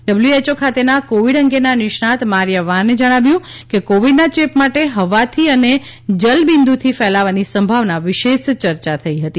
W H O ખાતેના covid અંગેના નિષ્ણાત મારિયા વાને જણાવ્યું કે કોવિડના ચેપ માટે હવાથી અને જલબિન્દુથી ફેલાવાની સંભાવના વિશે ચર્ચા થઈ હતી